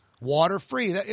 water-free